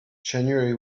january